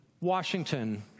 Washington